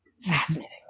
fascinating